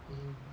mm